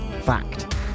Fact